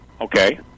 Okay